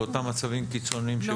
לאותם מצבים קיצוניים שבהם ---?